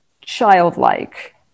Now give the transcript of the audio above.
childlike